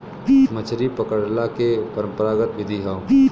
मछरी पकड़ला के परंपरागत विधि हौ